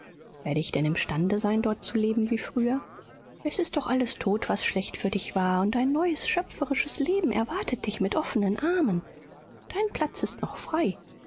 werde ich denn imstande sein dort zu leben wie früher es ist doch alles tot was schlecht für dich war und ein neues schöpferisches leben erwartet dich mit offenen armen dein platz ist noch frei